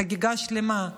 חגיגה שלמה.